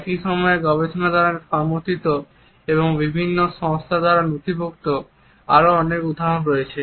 একই সময়ে গবেষণা দ্বারা সমর্থিত এবং বিভিন্ন সংস্থা দ্বারা নথিভুক্ত আরও অনেক উদাহরণ রয়েছে